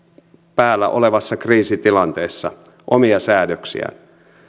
päällä olevassa kriisitilanteessa omia säädöksiään